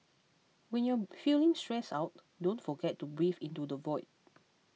when you are feeling stressed out don't forget to breathe into the void